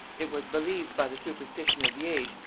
it was believed by the superstition of the age,